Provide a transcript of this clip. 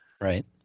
Right